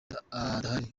adahari